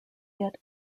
yet